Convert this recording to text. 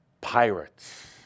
Pirates